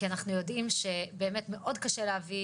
כי אנחנו יודעים שבאמת מאוד קשה להביא